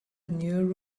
new